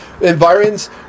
Environments